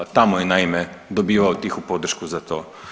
Tamo je naime dobivao tihu podršku za to.